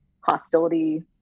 hostility